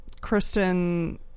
kristen